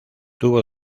tuvo